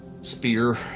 spear